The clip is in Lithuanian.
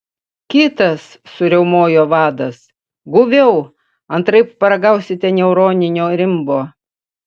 kitas suriaumojo vadas guviau antraip paragausite neuroninio rimbo